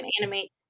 animate